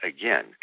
again